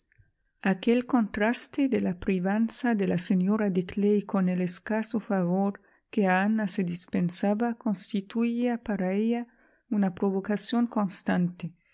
aquel contraste de la privanza de la señora de clay con el escaso favor que a ana se dispensaba constituía para ella una provocación constante